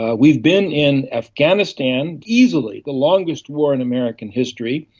ah we've been in afghanistan easily the longest war in american history,